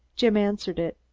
jim answered it.